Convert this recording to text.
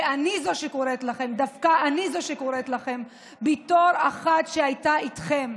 ואני זו שקוראת לכם, דווקא אני, אחת שהייתה איתכם,